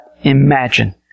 imagine